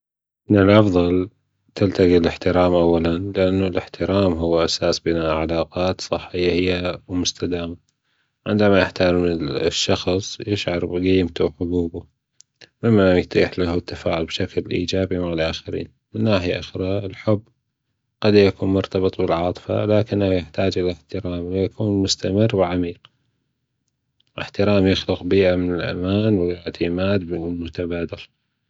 من الأفضل أن تلتجي الأحترام أولا لأن الاحترام هو أساس بناء علاقات صحية ومستدامة عندما يحترم الشخص يشعر بجيمته وحجوجه مما يتيح له التفاعل بشكل إيجابي مع الأخرين من ناحية أخرى الحب قد يكون مرتبط بالعاطفة لكن يحتاج إلى الأحترام ليكون مستمر وعميق الاحترام يخلق بيئة من الأمان والأعتماد بينهم متبادل.